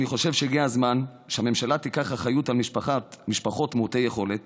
אני חושב שהגיע הזמן שהממשלה תיקח אחריות על משפחות מעוטות יכולת